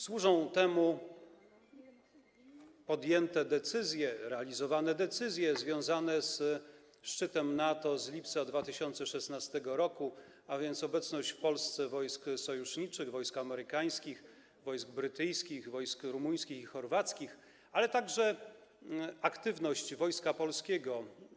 Służą temu podjęte decyzje, realizowane decyzje związane ze szczytem NATO z lipca 2016 r., a więc obecność w Polsce wojsk sojuszniczych, wojsk amerykańskich, wojsk brytyjskich, wojsk rumuńskich i chorwackich, ale także aktywność Wojska Polskiego.